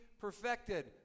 perfected